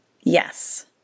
Yes